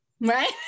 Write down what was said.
right